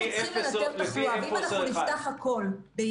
הכללים,